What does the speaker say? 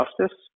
justice